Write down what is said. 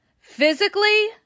physically